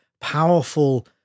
powerful